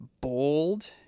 bold